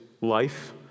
life